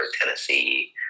Tennessee